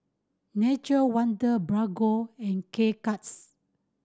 Nature Wonder Bargo and K Cuts